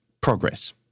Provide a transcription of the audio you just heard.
progress